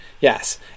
Yes